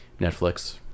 netflix